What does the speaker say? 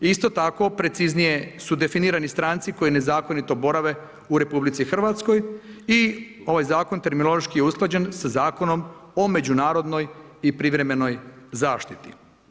Isto tako preciznije su definirani stranci koji nezakonito borave u RH i ovaj zakon terminološki je usklađen sa Zakonom o međunarodnoj i privremenoj zaštiti.